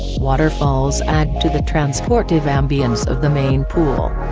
waterfalls add to the transportive ambiance of the main pool.